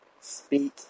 speak